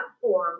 platform